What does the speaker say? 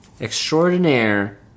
extraordinaire